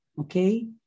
okay